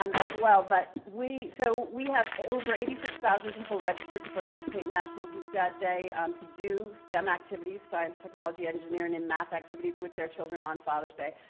um as well. but we so we have over eighty six thousand people registered to participate in national geek dad day um to do stem activities, science, technology, engineering and math activities with their children on father's day.